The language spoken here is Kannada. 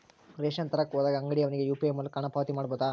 ರೇಷನ್ ತರಕ ಹೋದಾಗ ಅಂಗಡಿಯವನಿಗೆ ಯು.ಪಿ.ಐ ಮೂಲಕ ಹಣ ಪಾವತಿ ಮಾಡಬಹುದಾ?